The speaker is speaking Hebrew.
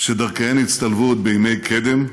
שדרכיהן הצטלבו עוד בימי קדם,